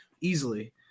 easily